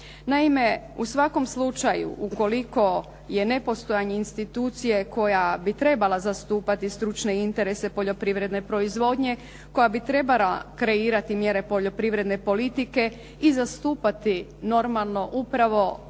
Naime, u svakom slučaju ukoliko je nepostojanje institucije koja bi trebala zastupati stručne interese poljoprivredne proizvodnje koja bi trebala kreirati mjere poljoprivredne politike i zastupati normalno upravo